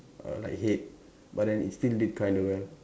uh like hate but then it still did kind of well